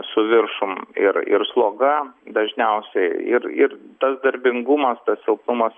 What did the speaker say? su viršum ir ir sloga dažniausiai ir ir tas darbingumas tas silpnumas